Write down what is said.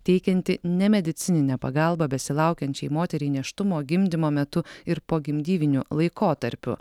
teikianti nemedicininę pagalbą besilaukiančiai moteriai nėštumo gimdymo metu ir pogimdyminiu laikotarpiu